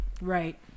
right